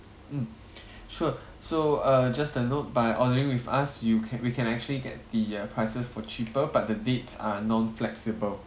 mm sure so uh just a note by ordering with us you can we can actually get the uh prices for cheaper but the dates are non flexible